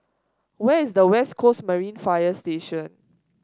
where is the West Coast Marine Fire Station